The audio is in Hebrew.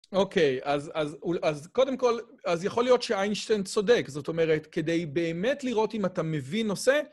אוקיי, אז קודם כל, אז יכול להיות שאיינשטיין צודק. זאת אומרת, כדי באמת לראות אם אתה מבין נושא,